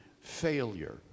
failure